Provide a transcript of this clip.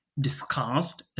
discussed